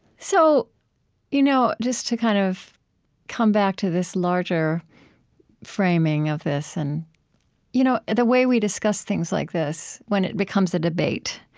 so you know just to kind of come back to this larger framing of this and you know the way we discuss things like this when it becomes a debate,